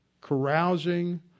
carousing